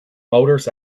motors